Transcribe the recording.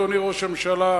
אדוני ראש הממשלה,